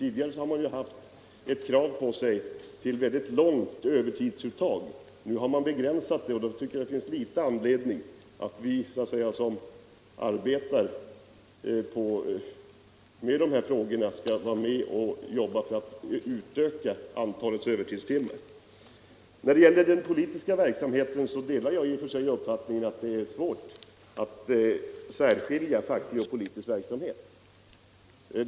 Tidigare har man haft ett krav på sig till ett stort övertidsuttag, men nu har det begränsats. Det finns anledning för oss som arbetar med dessa frågor att se till att antalet övertidstimmar för fackligt arbete inte utökas. Jag delar i och för sig uppfattningen att det är svårt att särskilja facklig och politisk verksamhet.